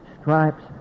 stripes